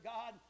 God